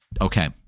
Okay